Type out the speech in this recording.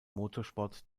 motorsport